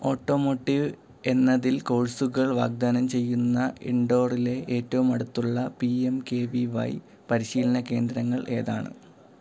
automotive എന്നതിൽ കോഴ്സുകൾ വാഗ്ദാനം ചെയ്യുന്ന ഇൻഡോറിലെ ഏറ്റവും അടുത്തുള്ള P M K V Y പരിശീലന കേന്ദ്രങ്ങൾ ഏതാണ്